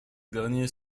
derniers